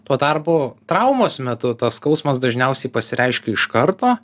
tuo tarpu traumos metu tas skausmas dažniausiai pasireiškia iš karto